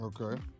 Okay